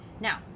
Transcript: now